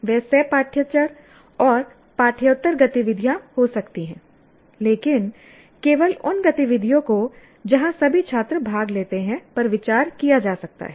वे सह पाठयक्रम और पाठ्येतर गतिविधियां हो सकती हैं लेकिन केवल उन गतिविधियों को जहां सभी छात्र भाग लेते हैं पर विचार किया जा सकता है